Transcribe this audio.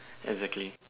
exactly